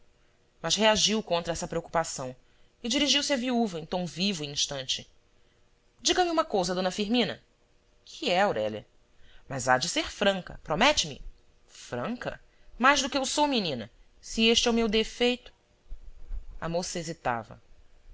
mas reagiu contra essa preocupação e dirigiu-se à viúva em tom vivo e instante diga-me uma cousa d firmina o que é aurélia mas há de ser franca promete me franca mais do que eu sou menina se é este o meu defeito a moça hesitava